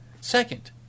Second